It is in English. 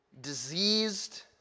diseased